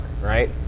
right